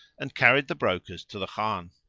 and carried the brokers to the khan.